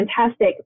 fantastic